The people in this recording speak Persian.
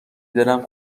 دلم